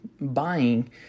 buying